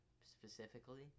specifically